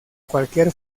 cualquier